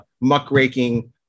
muckraking